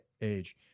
age